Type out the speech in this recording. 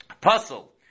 puzzle